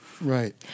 right